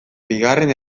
bigarren